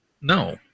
No